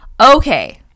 Okay